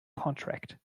contract